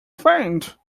faint